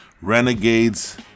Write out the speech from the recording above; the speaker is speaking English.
Renegades